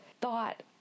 thought